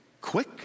quick